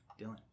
Dylan